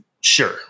Sure